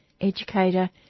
educator